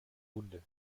wunde